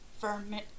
vermin